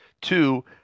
Two